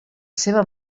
seva